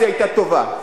אז היא היתה טובה.